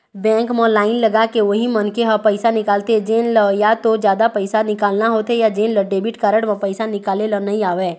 bank म line लगाके उही मनखे ह पइसा निकालथे जेन ल या तो जादा पइसा निकालना होथे या जेन ल डेबिट कारड म पइसा निकाले ल नइ आवय